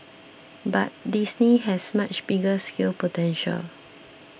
but Disney has much bigger scale potential